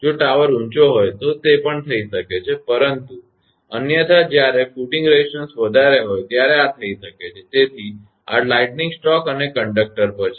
જો ટાવર ઊંચો હોય તો તે પણ થઈ શકે છે પરંતુ અન્યથા જ્યારે ફુટિંગ રેઝિસ્ટન્સ વધારે હોય ત્યારે આ થઈ શકે છે તેથી આ લાઈટનિંગ સ્ટ્રોક અને કંડક્ટર પર છે